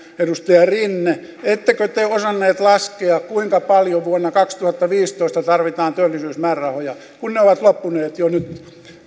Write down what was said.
edustaja rinne ettekö te osanneet laskea kuinka paljon vuonna kaksituhattaviisitoista tarvitaan työllisyysmäärärahoja kun ne ovat loppuneet jo nyt